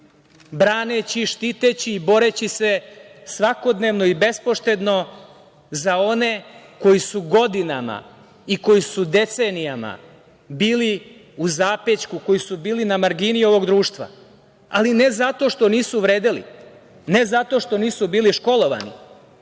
braneći, štiteći i boreći se svakodnevno i bespoštedno za one koji su godinama i koji su decenijama bili u zapećku, koji su bili na margini ovog društva, ali ne zato što nisu vredeli, ne zato što nisu bili školovani,